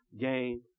game